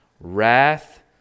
Wrath